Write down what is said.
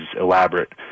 elaborate